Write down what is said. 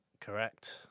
Correct